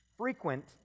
Frequent